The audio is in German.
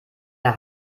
der